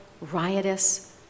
riotous